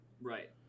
Right